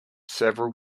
several